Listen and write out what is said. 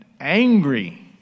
angry